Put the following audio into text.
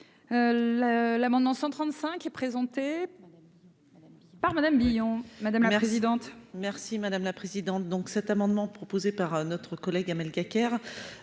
l'amendement 135 et présenté. Il parle Madame Billon